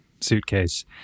suitcase